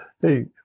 Hey